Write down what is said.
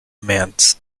mainz